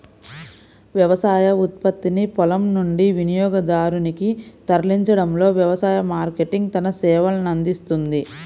వ్యవసాయ ఉత్పత్తిని పొలం నుండి వినియోగదారునికి తరలించడంలో వ్యవసాయ మార్కెటింగ్ తన సేవలనందిస్తుంది